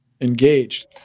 engaged